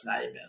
name